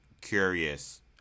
curious